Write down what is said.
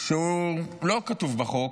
שהוא לא כתוב בחוק,